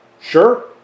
Sure